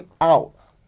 out